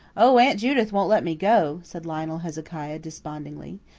oh, aunt judith won't let me go, said lionel hezekiah despondingly.